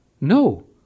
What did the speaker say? No